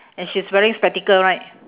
and she's wearing spectacle right